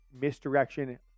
misdirection